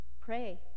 Pray